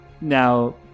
now